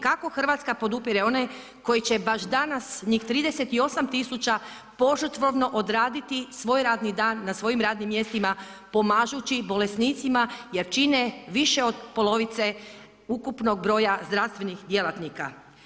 Kako Hrvatska podupire one koji će baš danas, njih 38 tisuća požrtvovno odraditi svoj radni dan na svojim radnim mjestima pomažući bolesnicima jer čine više od polovice ukupnog broja zdravstvenih djelatnika.